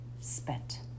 spent